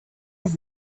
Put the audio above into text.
have